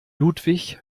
ludwig